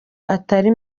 atari